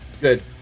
good